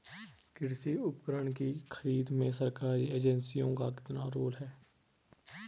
कृषि उपकरण की खरीद में सरकारी एजेंसियों का कितना रोल है?